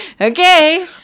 okay